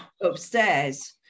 upstairs